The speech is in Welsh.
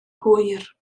hwyr